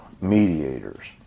mediators